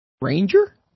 ranger